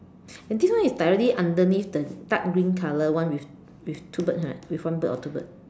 and this one is directly underneath the dark green color one with with two birds right with one bird or two bird